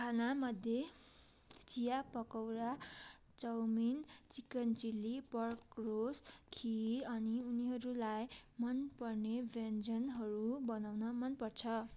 खानामध्ये चिया pakora chow mein chicken chilli pork roast खिर अनि उनीहरूलाई मनपर्ने व्यञ्जनहरू बनाउन मनपर्छ